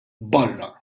barra